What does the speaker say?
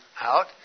out